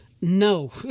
No